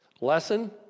Lesson